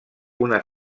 una